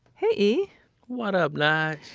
hey, e what up, nige?